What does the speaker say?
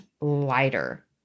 lighter